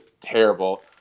terrible